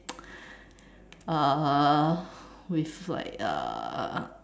uh with like uh